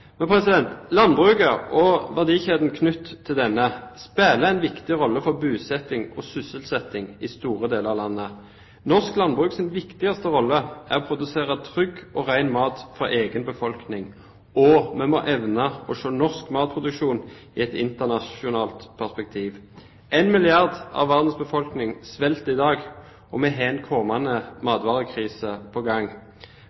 Landbruket og verdikjeden knyttet til dette spiller en viktig rolle for bosetting og sysselsetting i store deler av landet. Norsk landbruks viktigste rolle er å produsere trygg og ren mat for egen befolkning. Vi må også evne å se norsk matproduksjon i et internasjonalt perspektiv. En milliard av verdens befolkning sulter i dag, og vi har en kommende